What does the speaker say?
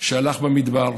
שהלך במדבר.